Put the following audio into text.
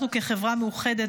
אנחנו כחברה מאוחדת